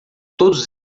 todos